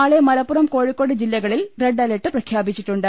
നാളെ മലപ്പുറം കോഴി ക്കോട് ജില്ലകളിൽ red alert പ്രഖ്യാപിച്ചിട്ടുണ്ട്